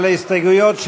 על ההסתייגויות